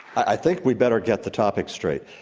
i think we better get the topic straight.